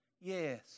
Yes